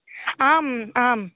आम् आम्